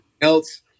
else